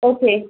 okay